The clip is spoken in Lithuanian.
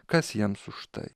kas jiems už tai